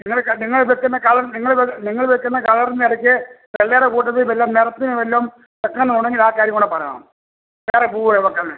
നിങ്ങൾ നിങ്ങൾ വെക്കുന്ന കളർ നിങ്ങൾ നിങ്ങൾ വെക്കുന്ന കളറിനിടയ്ക്ക് വെള്ളയുടെ കൂട്ടത്തിൽ വല്ല നിറത്തിന് വല്ലതും വെക്കണം എന്നുണ്ടെങ്കിൽ ആ കാര്യം കൂടെ പറയണം വേറെ പൂവ് വെക്കാൻ